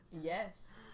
Yes